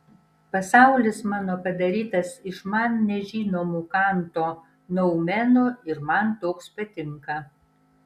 pasaulis mano padarytas iš man nežinomų kanto noumenų ir man toks patinka